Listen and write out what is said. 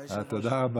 אה,